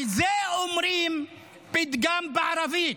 על זה אומרים פתגם בערבית.